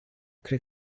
cred